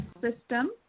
system